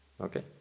Okay